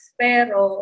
pero